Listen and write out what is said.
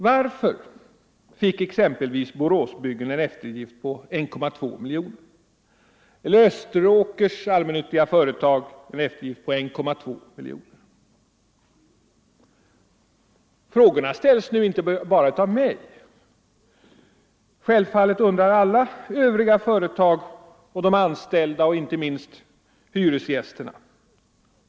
Varför fick exempelvis Boråsbyggen en eftergift på 1,2 miljoner eller Österåkers allmännyttiga företag en eftergift på 1,2 miljoner? Frågorna ställs inte bara av mig. Självfallet gör man det också bland alla övriga företag, de anställda och inte minst hyresgästerna.